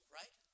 right